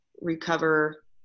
recover